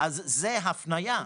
זוהי הפניה.